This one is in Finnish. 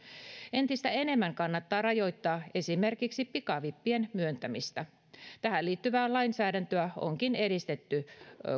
entistä enemmän kannattaa rajoittaa esimerkiksi pikavippien myöntämistä tähän liittyvää lainsäädäntöä onkin edistetty